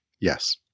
Yes